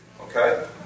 Okay